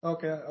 Okay